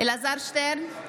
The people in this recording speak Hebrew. אלעזר שטרן,